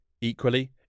Equally